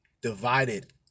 divided